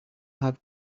have